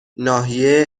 ناحیه